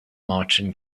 martin